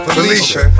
Felicia